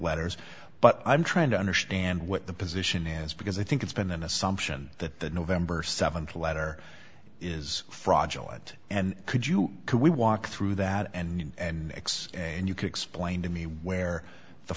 letters but i'm trying to understand what the position is because i think it's been an assumption that the november th letter is fraudulent and could you can we walk through that and next and you can explain to me where the